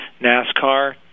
NASCAR